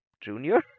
junior